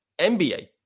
NBA